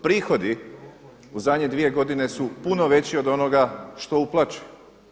Prihodi u zadnje dvije godine su puno veći od onoga što uplaćujemo.